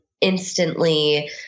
instantly